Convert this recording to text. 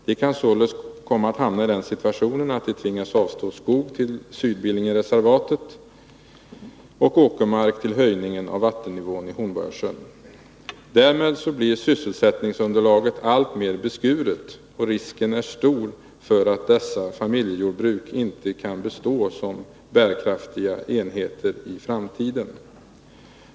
De kan således komma att hamna i den situationen att de tvingas avstå skog till naturreservatet på Sydbillingen och åkermark till höjningen av vattennivån i Hornborgasjön. Därmed blir sysselsättningsunderlaget alltmer beskuret, och risken är stor för att dessa familjejordbruk inte kan bestå såsom bärkraftiga enheter i framtiden.